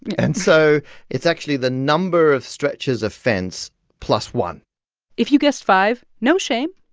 and so it's actually the number of stretches of fence plus one if you guessed five, no shame.